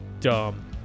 dumb